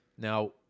Now